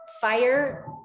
fire